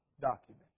document